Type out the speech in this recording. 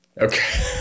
Okay